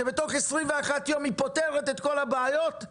שבתוך 21 יום היא פותרת את כל הבעיות?